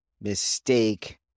mistake